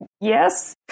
Yes